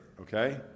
okay